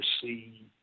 see